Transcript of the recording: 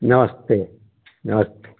नमस्ते नमस्ते